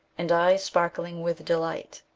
and eyes sparkling with delight.